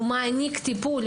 הוא מעניק טיפול,